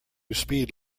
speed